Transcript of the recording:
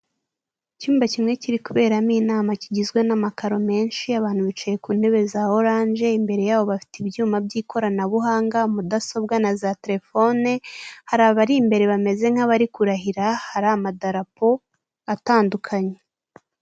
Icyumba kimwe kiri kuberamo inama kigizwe n'amakaro menshi abantu bicaye ku ntebe za orange imbere yabo bafite ibyuma by'ikoranabuhanga mudasobwa na za telefone, hari abari imbere bameze nk'abari kurahira hari amadarapo atandukanye.